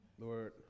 Lord